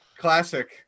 classic